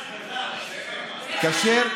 כשר.